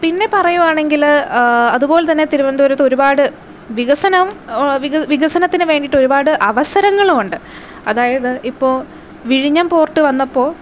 പിന്നെ പറയുവാണെങ്കില് അതുപോലെ തന്നെ തിരുവനന്തപുരത്ത് ഒരുപാട് വികസനം വികസനത്തിനുവേണ്ടിയിട്ട് ഒരുപാട് അവസരങ്ങളും ഉണ്ട് അതായത് ഇപ്പോൾ വിഴിഞ്ഞം പോർട്ട് വന്നപ്പോൾ